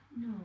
No